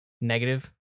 negative